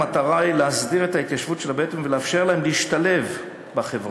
המטרה היא להסדיר את ההתיישבות של הבדואים ולאפשר להם להשתלב בחברה